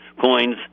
coins